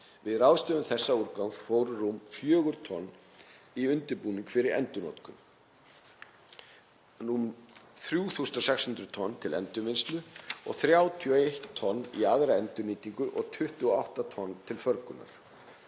Við ráðstöfun þessa úrgangs fóru rúm fjögur tonn í undirbúning fyrir endurnotkun, 3.600 tonn til endurvinnslu, 31 tonn í aðra endurnýtingu og 28 tonn til förgunar.